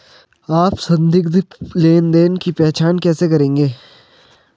आप संदिग्ध लेनदेन की पहचान कैसे करेंगे?